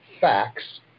facts